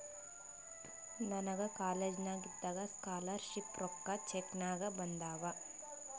ನನಗ ಕಾಲೇಜ್ನಾಗ್ ಇದ್ದಾಗ ಸ್ಕಾಲರ್ ಶಿಪ್ ರೊಕ್ಕಾ ಚೆಕ್ ನಾಗೆ ಬಂದಾವ್